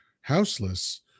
houseless